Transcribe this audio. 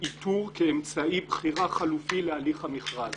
איתור כאמצעי בחירה חלופי להליך המכרז